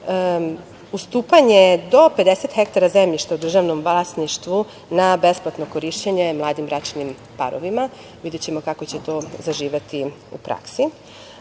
ustupanje do 50 hektara zemljišta u državnom vlasništvu na besplatno korišćenje mladim bračnim parovima. Videćemo kako će to zaživeti u